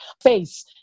face